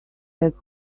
back